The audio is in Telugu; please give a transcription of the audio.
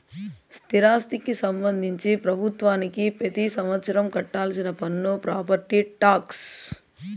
స్థిరాస్తికి సంబంధించి ప్రభుత్వానికి పెతి సంవత్సరం కట్టాల్సిన పన్ను ప్రాపర్టీ టాక్స్